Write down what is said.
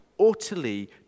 utterly